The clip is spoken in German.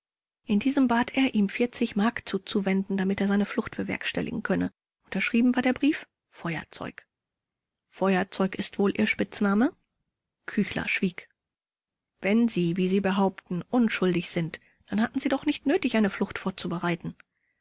in diesem bat er ihm mark zuzuwenden damit er seine flucht bewerkstelligen könne unterschrieben war der brief feuerzeug vors feuerzeug ist wohl ihr spitzname k schwieg vors wenn sie wie sie behaupten unschuldig sind dann hatten sie doch nicht nötig eine flucht vorzubereiten